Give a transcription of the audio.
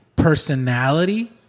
personality